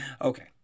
Okay